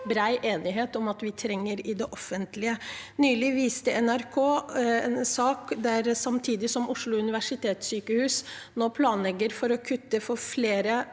bred enighet om at vi trenger i det offentlige. Nylig viste NRK i en sak at samtidig som Oslo universitetssykehus nå planlegger å kutte antallet